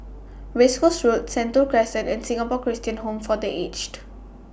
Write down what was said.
Race Course Road Sentul Crescent and Singapore Christian Home For The Aged